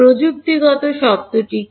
প্রযুক্তিগত শব্দটি কী